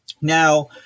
Now